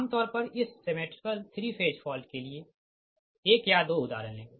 आम तौर पर इस सिमेट्रिकल 3 फेज फॉल्ट के लिए एक या दो उदाहरण लेंगे